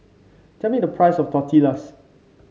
tell me the price of Tortillas